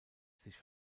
sich